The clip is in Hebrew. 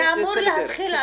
זה אמור להתחיל,